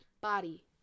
body